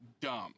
dumb